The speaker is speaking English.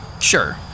Sure